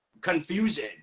confusion